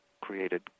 created